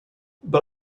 but